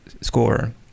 score